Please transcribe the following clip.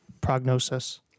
prognosis